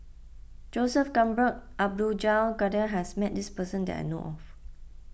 Joseph Abdul Jalil Kadir has met this person that I know of